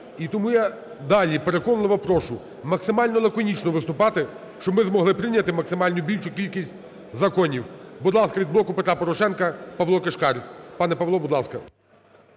І тому я далі переконливо прошу, максимально лаконічно виступати, щоб ми змогли прийняти максимально більшу кількість законів. Будь ласка, від "Блоку Петра Порошенка" Павло Кишкар. Пане Павло, будь ласка.